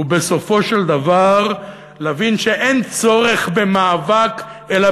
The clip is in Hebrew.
ובסופו של דבר להבין שאין צורך במאבק אלא